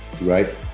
right